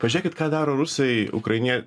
pažiūrėkit ką daro rusai ukrainie